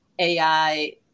AI